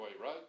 right